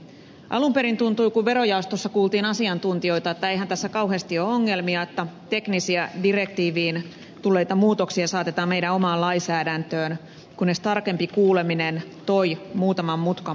alun perin tuntui kun verojaostossa kuultiin asiantuntijoita että eihän tässä kauheasti ole ongelmia että teknisiä direktiiviin tulleita muutoksia saatetaan meidän omaan lainsäädäntöömme kunnes tarkempi kuuleminen toi muutaman mutkan matkaan